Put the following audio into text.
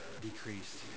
decreased